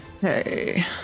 Hey